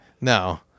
No